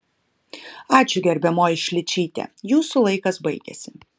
ačiū gerbiamoji šličyte jūsų laikas baigėsi